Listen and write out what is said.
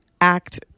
act